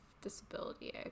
disability